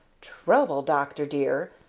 trouble, doctor, dear!